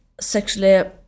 sexually